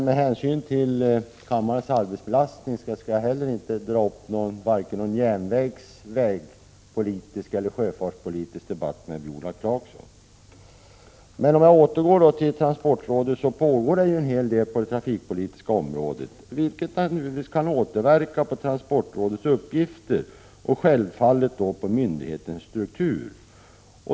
Med hänsyn till kammarens arbetsbelastning skall jag inte heller ta upp någon järnvägs-, vägeller sjöfartspolitisk debatt med Viola Claesson. För att återgå till transportrådet: Det pågår en hel del på det trafikpolitiska området, vilket naturligtvis kan återverka på transportrådets uppgifter och självfallet då på myndighetens struktur.